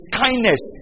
kindness